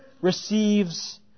receives